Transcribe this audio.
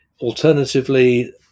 Alternatively